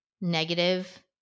negative